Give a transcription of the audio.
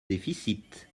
déficit